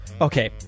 okay